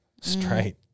straight